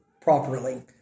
properly